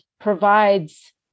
provides